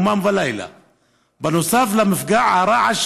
ואני יושב עם רופאים עם דמעות בעיניים,